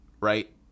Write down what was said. right